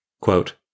Quote